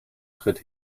schritt